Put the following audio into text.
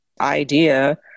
idea